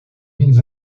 mines